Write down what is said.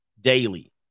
daily